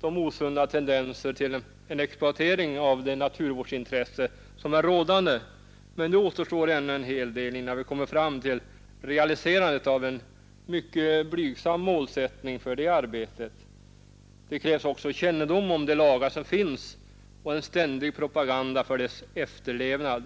de osunda tendenser till en exploatering av det naturvårdsintresse som finns, men det återstår ännu en hel del innan vi kommer fram till realiserandet av en mycket blygsam målsättning för det arbetet. Det krävs också kännedom om de lagar som finns och en ständig propaganda för deras efterlevnad.